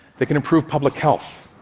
they can improve public health.